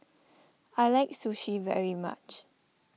I like Sushi very much